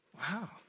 Wow